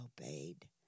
obeyed